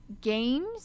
games